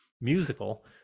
musical